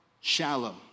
shallow